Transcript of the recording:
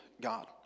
God